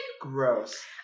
gross